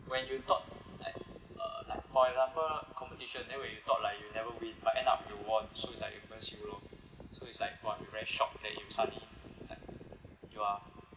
when you thought like uh like for example competition then when you thought like you'll never win but end up you won so it's like impress you lor so it's like !wah! you very shocked that suddenly like you are